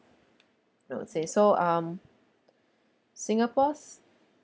no say so um singapore's